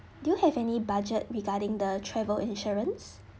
do you have any budget regarding the travel insurance